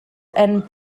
and